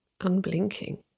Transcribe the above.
unblinking